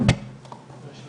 ובנושא